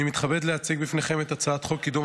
אני מתכבד להציג לפניכם את הצעת חוק קידום